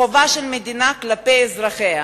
חובה של המדינה כלפי אזרחיה.